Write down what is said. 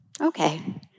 Okay